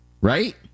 Right